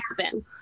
happen